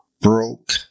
broke